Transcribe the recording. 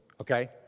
okay